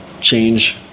change